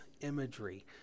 imagery